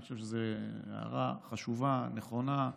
אני חושב שזו הערה חשובה, נכונה.